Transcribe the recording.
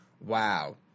wow